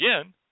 again